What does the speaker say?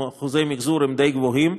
אחוזי המחזור הם די גבוהים.